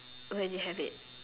where did you have it